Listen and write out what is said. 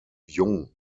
jung